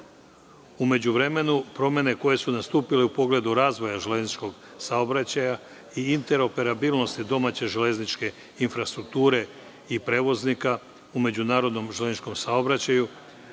međuvremenu, promene koje su nastupile u pogledu razvoja železničkog saobraćaja i interoperabilnosti domaće železničke infrastrukture i prevoznika u međunarodnom železničkom saobraćaju,